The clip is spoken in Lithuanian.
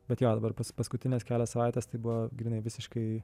bet jo dabar pas paskutinės kelios savaitės tai buvo grynai visiškai